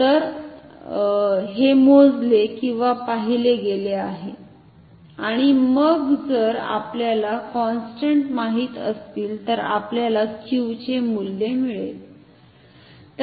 तर हे मोजले किंवा पाहिले गेले आहे आणि मग जर आपल्याला कॉन्स्टंट माहीत असतील तर आपल्याला Q चे मूल्य मिळेल